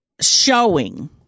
showing